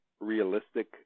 realistic